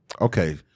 okay